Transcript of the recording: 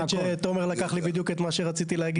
האמת שתומר לקח לי בדיוק את מה שרציתי להגיד.